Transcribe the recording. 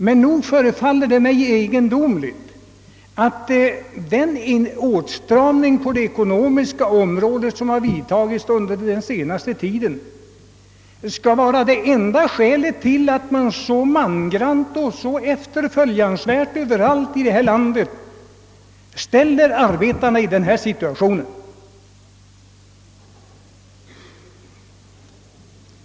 Men nog förefaller det mig egendomligt att den åtstramning på det ekonomiska området, som har genomförts under den senaste tiden, skall vara det enda skälet till att man överallt i vårt land försätter arbetarna i den här situationen.